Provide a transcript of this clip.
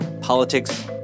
politics